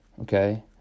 okay